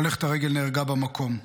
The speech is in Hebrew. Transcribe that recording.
הולכת הרגל נהרגה במקום.